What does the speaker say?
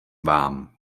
vám